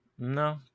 No